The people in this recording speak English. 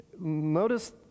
notice